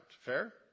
Fair